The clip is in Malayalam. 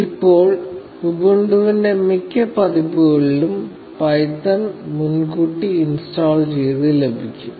ഇപ്പോൾ ഉബുണ്ടുവിന്റെ മിക്ക പതിപ്പുകളിലും പൈത്തൺ മുൻകൂട്ടി ഇൻസ്റ്റാൾ ചെയ്തു ലഭിക്കും